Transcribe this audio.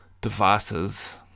devices